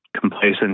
complacent